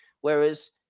whereas